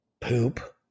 poop